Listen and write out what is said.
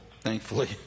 thankfully